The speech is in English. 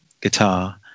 guitar